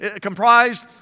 comprised